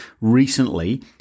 recently